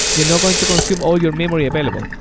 you're not going to consume all your memory available.